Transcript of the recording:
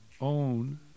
own